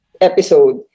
episode